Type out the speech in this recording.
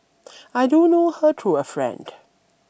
I do know her through a friend